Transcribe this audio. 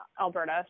Alberta